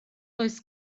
does